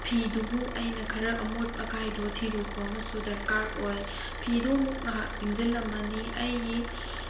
ꯐꯤꯗꯨꯕꯨ ꯑꯩꯅ ꯈꯔ ꯑꯃꯣꯠ ꯑꯀꯥꯏꯗꯣ ꯊꯤꯗꯣꯛꯄ ꯑꯃꯁꯨ ꯗꯔꯀꯥꯔ ꯑꯣꯏ ꯐꯤꯗꯣ ꯑꯃꯨꯛ ꯉꯥꯏꯍꯥꯛ ꯇꯤꯡꯁꯤꯜꯂꯝꯃꯅꯤ ꯑꯩꯒꯤ